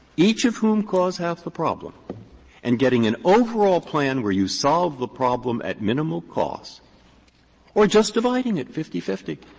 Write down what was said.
each of whom cause half the problem and getting an overall plan where you solve the problem at minimal cost or just dividing it fifty fifty,